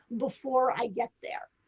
before i get there.